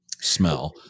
smell